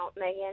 Megan